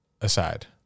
aside